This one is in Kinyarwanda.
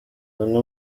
bamwe